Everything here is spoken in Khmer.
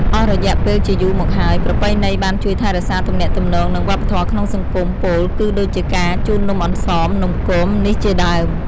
អស់រយៈពេលជាយូរមកហើយ ប្រពៃណីបានជួយថែរក្សាទំនាក់ទំនង និងវប្បធម៌ក្នុងសង្គម ពោលគឺដូចជាការជូននំអន្សម នំគមនេះជាដើម។